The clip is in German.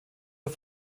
auf